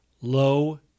low